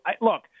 Look